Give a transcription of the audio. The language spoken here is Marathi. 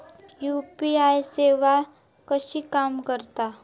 यू.पी.आय सेवा कशी काम करता?